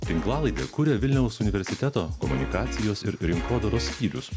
tinklalaidę kuria vilniaus universiteto komunikacijos ir rinkodaros skyrius